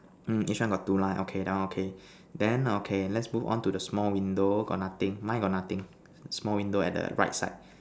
mm each one got two line okay that one okay then okay let's move on to the small window got nothing mine got nothing small window at the right side